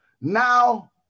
now